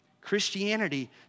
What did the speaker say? Christianity